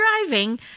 driving